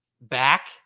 back